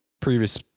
previous –